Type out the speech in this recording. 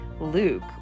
Luke